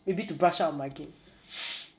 maybe to brush up my game